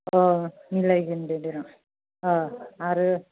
मिलायगोनदे दे र' आरो